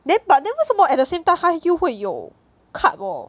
then but then 为什么 at the same time 他又会有 card worh